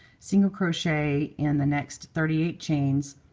single crochet in the next thirty eight chains,